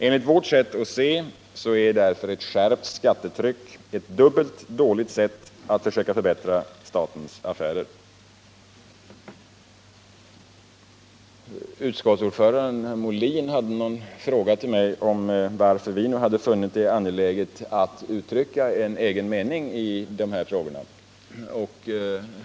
Enligt vårt sätt att se är därför ett skärpt skattetryck ett dubbelt dåligt sätt att försöka förbättra statens affärer. Utskottsordföranden herr Molin frågade mig varför vi nu hade funnit det angeläget att uttrycka en egen mening i dessa frågor.